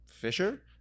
Fisher